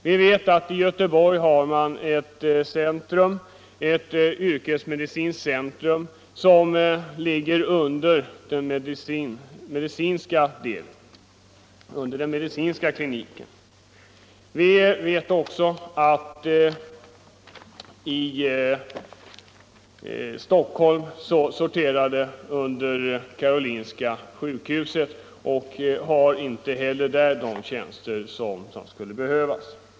Vi vet att i Göteborg har man ett yrkesmedicinskt centrum som ligger under den medicinska kliniken. Vi vet också att den yrkesmedicinska kliniken i Stockholm sorterar under Karolinska sjukhuet, och inte heller där finns de tjänster som skulle behövas.